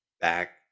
back